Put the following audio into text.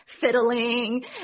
fiddling